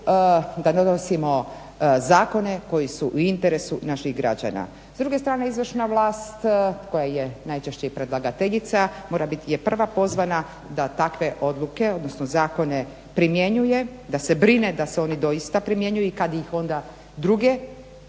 ne donosimo zakone koji su u interesu naših građana. S druge strane izvršna vlast koja je najčešće i predlagateljica je prva pozvana da takve odluke, odnosno zakone primjenjuje, da se brine da se oni doista primjenjuju i kad ih onda druge